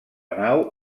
nau